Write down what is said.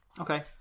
Okay